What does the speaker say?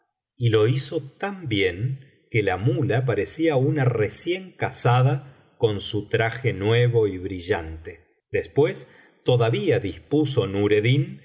y lo hizo tan bien que la muía parecía una recién casada con su traje nuevo y brillante después todavía dispuso nureddin